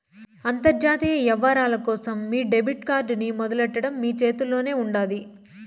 అంతర్జాతీయ యవ్వారాల కోసం మీ డెబిట్ కార్డ్ ని మొదలెట్టడం మీ చేతుల్లోనే ఉండాది